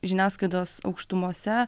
žiniasklaidos aukštumose